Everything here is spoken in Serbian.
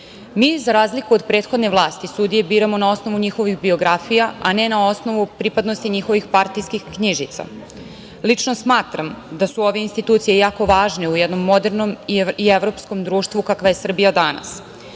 za razliku od prethodne vlasti, sudije biramo na osnovu njihovih biografija, a ne na osnovu pripadnosti njihovih partijskih knjižica. Lično smatram da su ove institucije jako važne u jednom modernom i evropskom društvu kakva je Srbija danas.